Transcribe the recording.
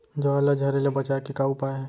ज्वार ला झरे ले बचाए के का उपाय हे?